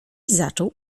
zaczął